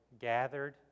gathered